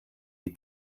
die